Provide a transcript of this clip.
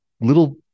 little